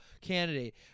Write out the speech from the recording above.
candidate